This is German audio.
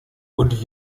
und